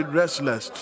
restless